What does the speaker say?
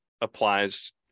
applies